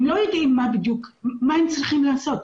הם לא יודעים מה הם צריכים לעשות,